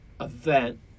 event